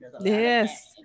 yes